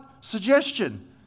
suggestion